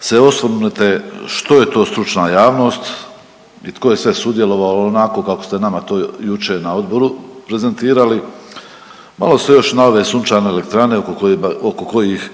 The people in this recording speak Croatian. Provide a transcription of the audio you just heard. se svrnete što je to stručna javnost i tko je sve sudjelovao onako kako ste nama to jučer na odboru prezentirali, malo se još na ove sunčane elektrane oko kojih